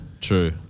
true